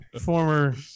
former